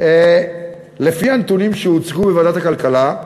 לפי הנתונים שהוצגו בוועדת הכלכלה,